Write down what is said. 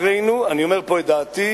לצערנו, אני אומר פה את דעתי,